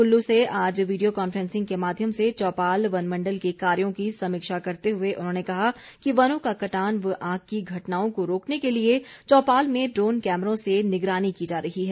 कुल्लू से आज video conferencing के माध्यम से चौपाल वनमण्डल के कार्यों की समीक्षा करते हुए उन्होंने कहा कि वनों का कटान व आग की घटनाओं को रोकने के लिए चौपाल में ड्रोन कैमरों से निगरानी की जा रही है